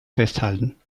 festhalten